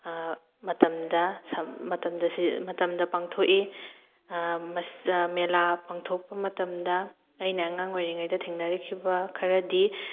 ꯃꯇꯝꯗ ꯁꯝ ꯃꯇꯝꯗ ꯁꯤ ꯃꯇꯝꯗ ꯄꯥꯡꯊꯣꯛꯏ ꯃꯦꯂꯥ ꯄꯡꯊꯣꯛꯄ ꯃꯇꯝꯗ ꯑꯩꯅ ꯑꯉꯥꯡ ꯑꯣꯏꯔꯤꯉꯩꯗ ꯊꯦꯡꯅꯔꯛꯈꯤꯕ ꯈꯔꯗꯤ